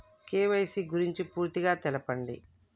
KYC గురించి పూర్తిగా తెలపండి?